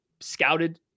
scouted